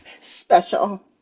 Special